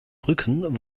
brücken